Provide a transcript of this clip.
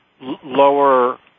lower